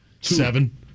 Seven